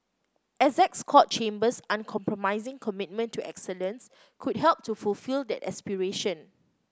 Essex Court Chambers uncompromising commitment to excellence could help to fulfil that aspiration